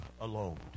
alone